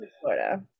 florida